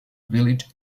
village